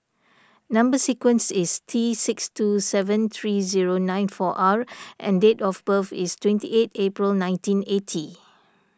Number Sequence is T six two seven three zero nine four R and date of birth is twenty eight April nineteen eighty